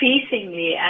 increasingly